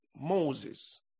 Moses